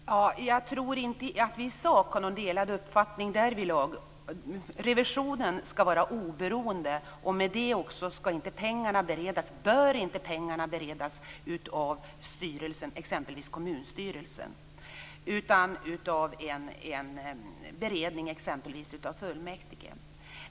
Fru talman! Jag tror inte att vi i sak har någon delad uppfattning därvid lag. Revisionen skall vara oberoende. Med det bör inte pengarna beredas av styrelsen, exempelvis kommunstyrelsen, utan av en beredning, t.ex. fullmäktige.